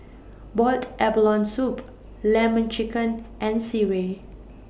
boiled abalone Soup Lemon Chicken and Sireh